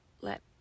let